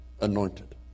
anointed